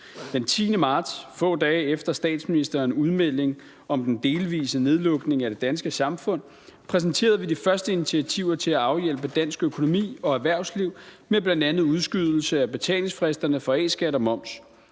Den 10. marts, få dage efter statsministerens udmelding om den delvise nedlukning af det danske samfund, præsenterede vi de første initiativer til at afhjælpe dansk økonomi og erhvervsliv med bl.a. udskydelse af betalingsfristerne for A-skat og moms.